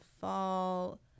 fall